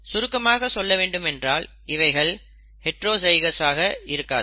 சுருக்கமாக சொல்ல வேண்டுமென்றால் இவைகள் ஹைட்ரோஜைகௌஸ் ஆக இருக்காது